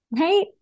right